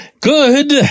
Good